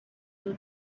you